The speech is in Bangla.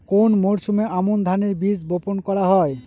কোন মরশুমে আমন ধানের বীজ বপন করা হয়?